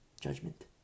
Judgment